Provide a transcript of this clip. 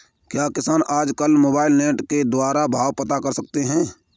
क्या किसान आज कल मोबाइल नेट के द्वारा भाव पता कर सकते हैं?